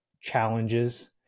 challenges